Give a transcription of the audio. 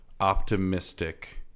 optimistic